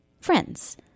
friends